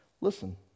listen